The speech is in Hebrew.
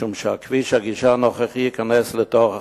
משום שכביש הגישה הנוכחי ייכנס לתוך